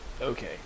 okay